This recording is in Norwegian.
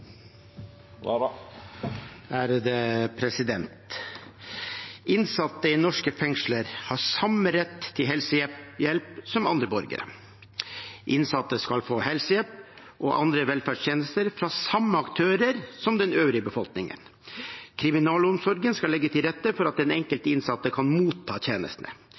Innsatte i norske fengsler har samme rett til helsehjelp som andre borgere. Innsatte skal få helsehjelp og andre velferdstjenester fra samme aktører som den øvrige befolkningen. Kriminalomsorgen skal legge til rette for at den enkelte innsatte kan motta